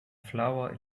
flower